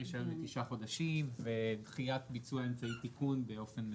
רישיון בת תשעה חודשים ודחיית ביצוע אמצעי תיקון באופן מקוון.